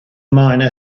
miner